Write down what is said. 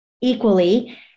equally